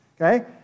Okay